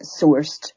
sourced